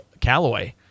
callaway